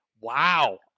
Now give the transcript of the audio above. Wow